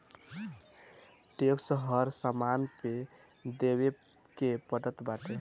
tax हर सामान पे देवे के पड़त बाटे